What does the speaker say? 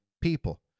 people